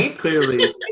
Clearly